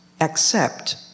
accept